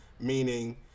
meaning